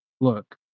Look